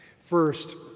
First